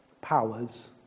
powers